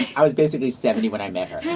i was basically seventy when i met her.